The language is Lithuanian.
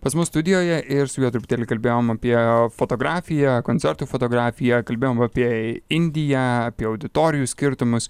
pas mus studijoje ir su juo truputėlį kalbėjom apie fotografiją koncertų fotografiją kalbėjome apie indiją apie auditorijų skirtumus